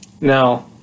Now